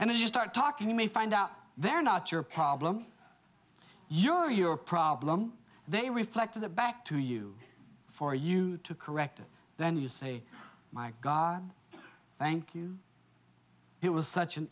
if you start talking to me find out they're not your problem you're your problem they reflect to the back to you for you to correct it then you say my god thank you it was such an